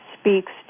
speaks